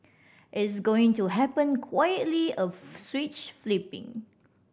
it's going to happen quietly a switch flipping